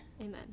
Amen